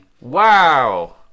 Wow